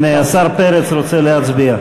הנה, השר פרץ רוצה להצביע.